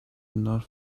not